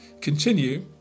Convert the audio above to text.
continue